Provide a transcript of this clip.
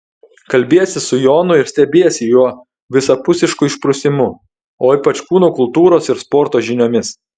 kalbiesi su jonu ir stebiesi jo visapusišku išprusimu o ypač kūno kultūros ir sporto žiniomis